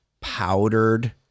powdered